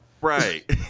Right